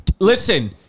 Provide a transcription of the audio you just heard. Listen